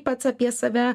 pats apie save